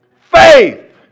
faith